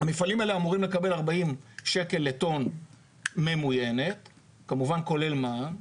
המפעלים האלה אמורים לקבל 40 שקל לטון ממוין כולל מע"מ,